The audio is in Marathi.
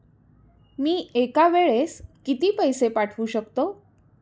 मी एका वेळेस किती पैसे पाठवू शकतो?